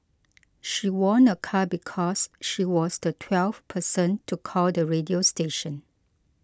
she won a car because she was the twelfth person to call the radio station